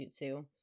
jutsu